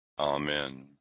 Amen